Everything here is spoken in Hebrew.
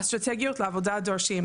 האסטרטגיות לעבודה דורשות,